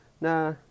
Nah